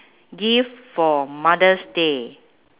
gift for mother's day